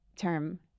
term